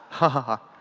ha ha.